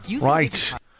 Right